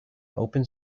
open